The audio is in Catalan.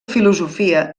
filosofia